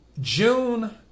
June